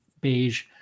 beige